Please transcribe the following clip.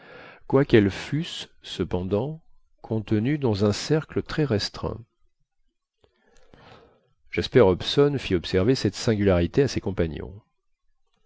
quoiqu'elles fussent cependant contenues dans un cercle très restreint jasper hobson fit observer cette singularité à ses compagnons